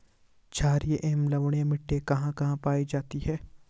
छारीय एवं लवणीय मिट्टी कहां कहां पायी जाती है?